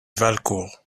valcourt